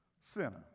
sinner